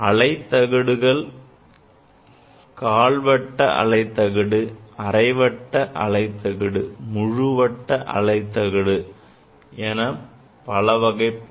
அலை தகடுகள் கால் வட்ட அலை தகடு அரைவட்ட அலை தகடு முழு வட்ட அலை தகடு என பலவகைப்படும்